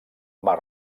mar